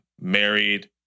married